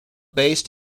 based